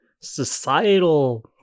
societal